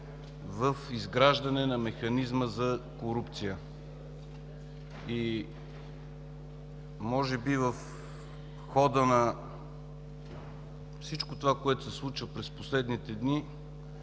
в изграждане на механизма за корупция и може би в хода на всичко това, което се случва през последните дни,